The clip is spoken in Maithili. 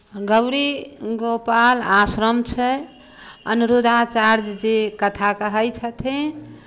गौरी गोपाल आश्रम छै अनिरुद्धाचार्यजी कथा कहै छथिन